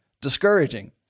discouraging